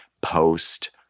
post